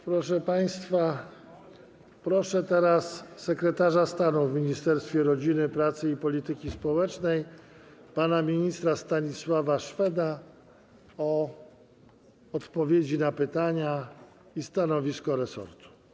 Proszę państwa, proszę teraz sekretarza stanu w Ministerstwie Rodziny, Pracy i Polityki Społecznej pana ministra Stanisława Szweda o odpowiedzi na pytania i przedstawienie stanowiska resortu.